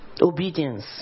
obedience